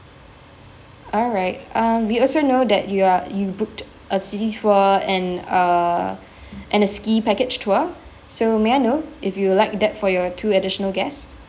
alright um we also know that you are you booked a city tour and uh and a ski package tour so may I know if you'd like that for your two additional guest